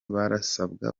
barasabwa